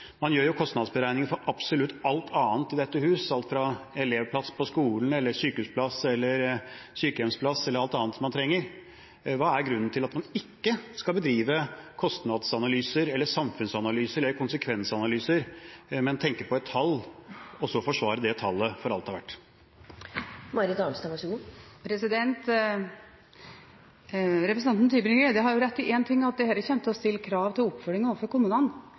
Man gjør jo kostnadsberegninger for absolutt alt annet i dette huset, for alt fra elevplass på skolen, sykehusplass og sykehjemsplass til alt annet man trenger. Hva er grunnen til at man ikke skal bedrive kostnadsanalyser, samfunnsanalyser eller konsekvensanalyser, men tenker på et tall, og så forsvarer det tallet for alt det er verdt? Representanten Tybring-Gjedde har rett i én ting, nemlig at dette kommer til å stille krav til oppfølgingen overfor kommunene.